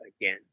again